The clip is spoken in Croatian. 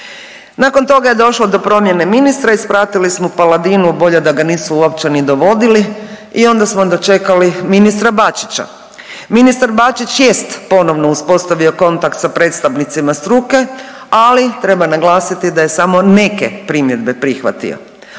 Nakon toga je došlo do promjene ministra, ispratili smo Paladinu, bolje da ga nisu uopće ni dovodili i onda smo dočeli ministra Bačića. Ministar Bačić jest ponovno uspostavio kontakt sa predstavnicima struke, ali treba naglasiti da je samo neke primjedbe prihvatio.